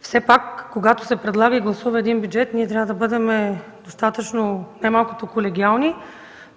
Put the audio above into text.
Все пак, когато се предлага и гласува един бюджет, ние трябва да бъдем най-малкото достатъчно колегиални,